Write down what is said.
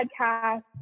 podcast